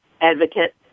advocate